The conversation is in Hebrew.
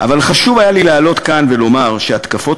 אבל חשוב היה לי לעלות לכאן ולומר שהתקפות